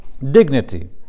Dignity